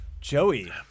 Joey